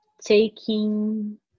taking